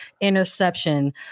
interception